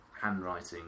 Handwriting